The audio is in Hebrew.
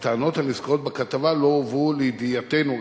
והטענות הנזכרות בכתבה לא הובאו לידיעתנו,